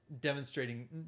demonstrating